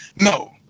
No